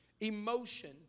emotion